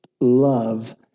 love